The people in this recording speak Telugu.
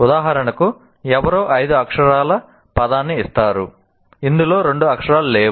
ఉదాహరణకు ఎవరో ఐదు అక్షరాల పదాన్ని ఇస్తారు ఇందులో రెండు అక్షరాలు లేవు